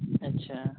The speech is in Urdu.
اچھا